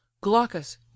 Glaucus